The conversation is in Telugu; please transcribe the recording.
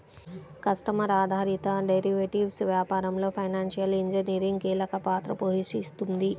కస్టమర్ ఆధారిత డెరివేటివ్స్ వ్యాపారంలో ఫైనాన్షియల్ ఇంజనీరింగ్ కీలక పాత్ర పోషిస్తుంది